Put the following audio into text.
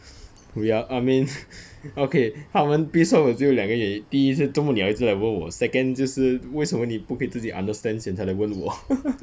we are I mean okay 他们 piss off 的只有两个原因第一是做么你要一直来问我 second 就是为什么你不可以自己 understand 先才来问我